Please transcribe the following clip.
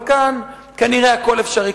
אבל כאן כנראה הכול אפשרי.